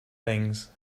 things